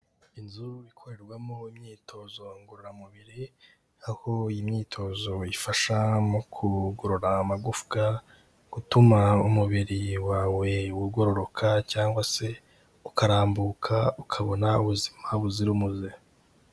Inzu ikorerwamo imyitozo ngororamubiri, aho iyi myitozo ifasha mu kugorora amagufwa, gutuma umubiri wawe ugororoka cyangwa se ukarambuka ukabona ubuzima buzira umuze.